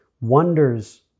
wonders